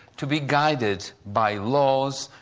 to be guided by laws,